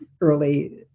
early